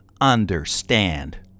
understand